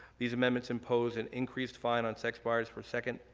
these amendments impose an increased fine on sex buyers for second,